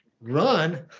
run